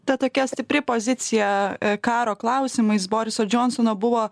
ta tokia stipri pozicija karo klausimais boriso džionsono buvo